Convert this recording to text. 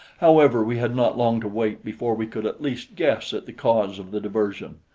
however, we had not long to wait before we could at least guess at the cause of the diversion,